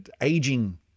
aging